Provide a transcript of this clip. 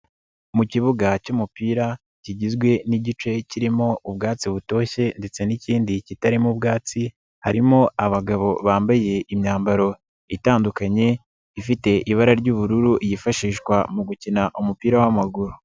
Mu kibuga cy'umupira kigizwe n'igice kirimo ubwatsi butoshye ndetse n'ikindi kitarimo ubwatsi harimo abagabo bambaye imyambaro itandukanye ifite ibara ry'ubururu yifashishwa mu gukina umupira w'amaguru.